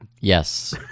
Yes